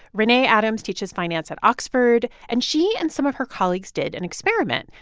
renee adams teaches finance at oxford, and she and some of her colleagues did an experiment.